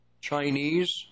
Chinese